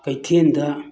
ꯀꯩꯊꯦꯜꯗ